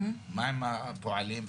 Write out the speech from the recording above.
מה עם הפועלים,